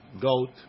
goat